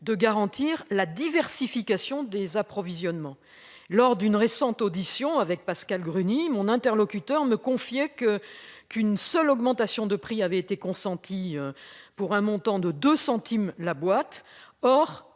de garantir la diversification des approvisionnements, lors d'une récente audition avec Pascale Gruny mon interlocuteur me confiait que qu'une seule augmentation de prix avaient été consentis pour un montant de 2 centimes la boîte.